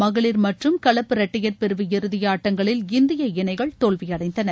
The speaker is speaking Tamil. மகளிர் மற்றும் கலப்பு இரட்டையர் பிரிவு இறுதியாட்டங்களில் இந்திய இணைகள் தோல்வியடைந்தன